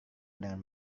dengan